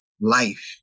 life